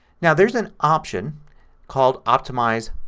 now there's an option called optimize